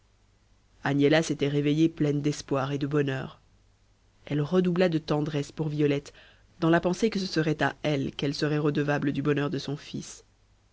agnella s'était réveillée pleine d'espoir et de bonheur elle redoubla de tendresse pour violette dans la pensée que ce serait à elle qu'elle serait redevable du bonheur de son fils